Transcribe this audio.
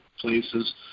places